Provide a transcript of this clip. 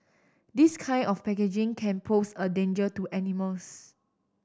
this kind of packaging can pose a danger to animals